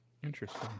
Interesting